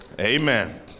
Amen